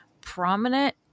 prominent